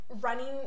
running